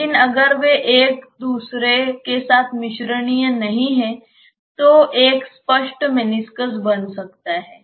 लेकिन अगर वे एक दूसरे के साथ मिश्रणीय नहीं हैं तो एक स्पष्ट मेनिस्कस बन सकता है